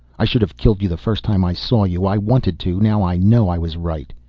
i should have killed you the first time i saw you. i wanted to, now i know i was right.